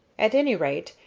at any rate,